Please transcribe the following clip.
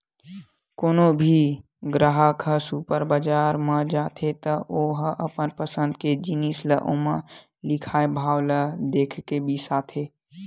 कोनो भी गराहक ह सुपर बजार म जाथे त ओ ह अपन पसंद के जिनिस ल ओमा लिखाए भाव ल देखके बिसाथे